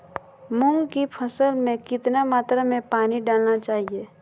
मूंग की फसल में कितना मात्रा में पानी डालना चाहिए?